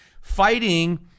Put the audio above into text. Fighting